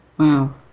Wow